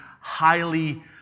highly